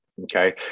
Okay